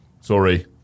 sorry